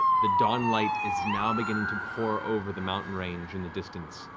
the dawn light is now beginning to pour over the mountain range in the distance.